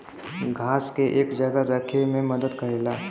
घास के एक जगह रखे मे मदद करेला